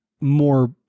more